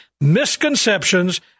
misconceptions